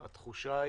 שהתחושה,